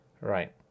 Right